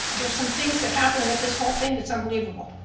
there are some things that happened with this whole thing that's unbelievable.